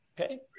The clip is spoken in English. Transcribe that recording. Okay